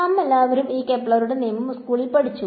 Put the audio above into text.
നാമെല്ലാവരും ഈ കെപ്ലറുടെ നിയമം സ്കൂളിൽ പഠിച്ചു